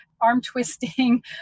arm-twisting